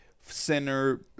center